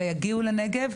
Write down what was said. אלא: יגיעו לנגב,